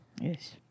Yes